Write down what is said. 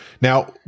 Now